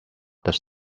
does